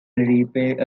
repay